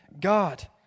God